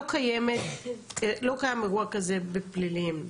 לא קיים אירוע כזה בפליליים.